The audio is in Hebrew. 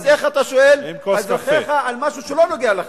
אז איך אתה שואל את אזרחיך על משהו שלא מגיע לך?